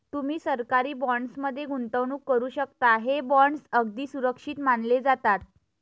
तुम्ही सरकारी बॉण्ड्स मध्ये गुंतवणूक करू शकता, हे बॉण्ड्स अगदी सुरक्षित मानले जातात